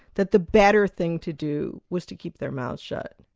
that the better thing to do was to keep their mouths shut.